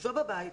ישבה בבית,